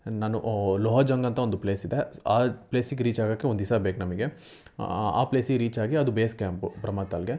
ನಾನು ಲೋಜಂಗ್ ಅಂತ ಒಂದು ಪ್ಲೇಸ್ ಇದೆ ಆ ಪ್ಲೇಸಿಗೆ ರೀಚ್ ಆಗೋಕ್ಕೆ ಒಂದು ದಿವ್ಸ ಬೇಕು ನಮಗೆ ಆ ಪ್ಲೇಸಿಗೆ ರೀಚ್ ಆಗಿ ಅದು ಬೇಸ್ ಕ್ಯಾಂಪು ಬ್ರಹ್ಮತಾಲ್ಗೆ